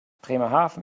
bremerhaven